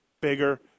Bigger